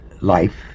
Life